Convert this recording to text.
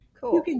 Cool